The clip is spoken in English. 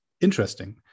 interesting